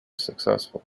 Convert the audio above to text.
successful